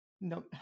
No